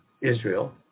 Israel